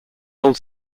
old